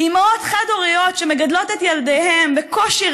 אימהות חד-הוריות שמגדלות את ילדיהן בקושי